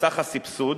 סך הסבסוד,